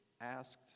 asked